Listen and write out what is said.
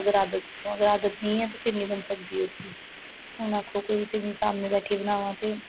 अगर आदत अगर आदत नेई ऐ ते फिर नेईंबनी सकदी अगर आक्खो तुस कि में सामने बैठी बनावां ते